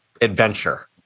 adventure